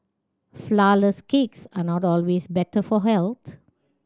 flourless cakes are not always better for health